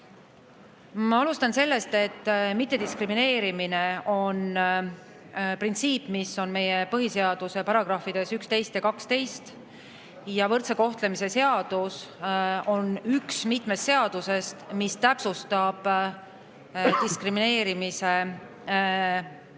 Ma alustan sellest, et mittediskrimineerimine on printsiip, mis on meie põhiseaduse §‑des 11 ja 12. Võrdse kohtlemise seadus on üks mitmest seadusest, mis täpsustab diskrimineerimise sisu